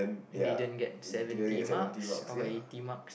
didn't get seventy marks or eighty marks